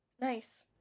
nice